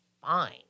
fine